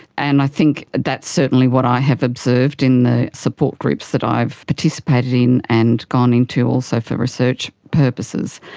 and i think that's certainly what i have observed in the support groups that i've participated in and gone into also for research purposes,